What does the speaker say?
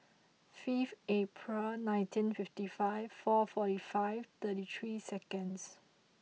fifth April nineteen fifty five four forty five thirty three seconds